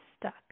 stuck